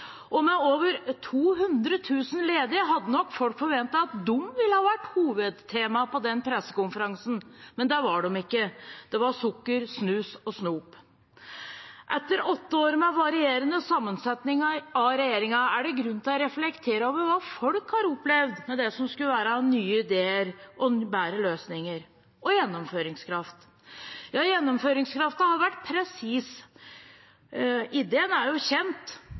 Og med over 200 000 ledige hadde nok folk forventet at de ville ha vært hovedtemaet på den pressekonferansen – men det var de ikke. Det var sukker, snus og snop. Etter åtte år med varierende sammensetninger av regjeringen er det grunn til å reflektere over hva folk har opplevd som følge av det som skulle være nye ideer, bedre løsninger – og gjennomføringskraft. Ja, gjennomføringskraften har vært presis. Ideen er jo kjent: